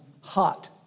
hot